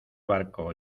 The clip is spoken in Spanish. barco